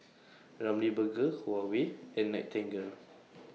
Ramly Burger Huawei and Nightingale